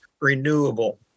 renewable